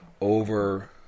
over